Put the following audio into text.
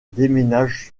déménagent